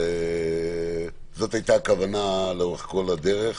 זאת הייתה הכוונה לאורך כל הדרך,